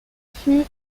fut